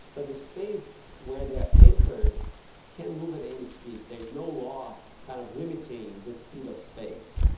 but the space where they are anchored can move at any speed, there is no law kind of limiting the speed of space.